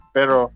Pero